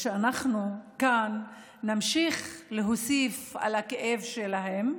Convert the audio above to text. ואנחנו כאן נמשיך להוסיף על הכאב שלהן.